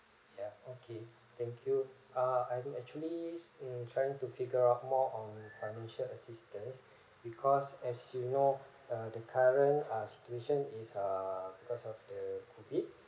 yup okay thank you uh I'm actually mm trying to figure out more on financial assistance because as you know uh the current ah situation is err because of the COVID